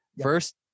first